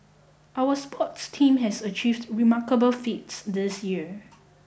our sports teams have achieved remarkable feats this year